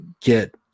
get